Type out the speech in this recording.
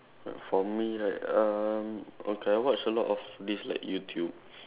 for me right um okay I watch a lot of this like YouTube